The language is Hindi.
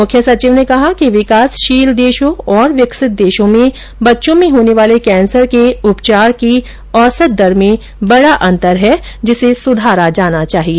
मुख्य सचिव ने कहा कि विकासशील देशों और विकसित देशों में बच्चों में होने वाले कैंसर के उपचार की औसत दर में बड़ा अंतर है जिसे सुधारा जाना चाहिए